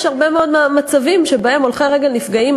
יש הרבה מאוד מצבים שבהם הולכי רגל נפגעים